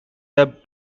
have